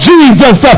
Jesus